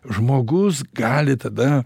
žmogus gali tada